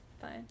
fine